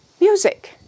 Music